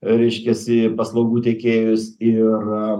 reiškiasi paslaugų teikėjus ir